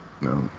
No